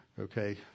okay